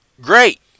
Great